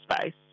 space